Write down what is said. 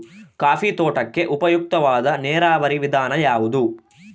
Coffee ತೋಟಕ್ಕೆ ಉಪಯುಕ್ತವಾದ ನೇರಾವರಿ ವಿಧಾನ ಯಾವುದು?